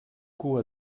cua